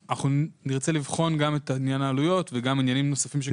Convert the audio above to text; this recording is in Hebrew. נרצה לבחון גם את עניין העלויות וגם עניינים נוספים.